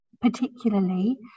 particularly